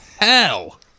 Hell